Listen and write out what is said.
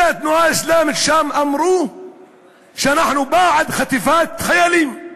אנשי התנועה האסלאמית שם אמרו שאנחנו בעד חטיפת חיילים.